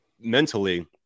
mentally